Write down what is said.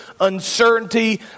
uncertainty